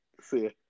See